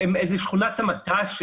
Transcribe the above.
שכונת המט"ש.